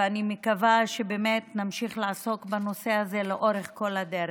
ואני מקווה שבאמת נמשיך לעסוק בנושא הזה לאורך כל הדרך.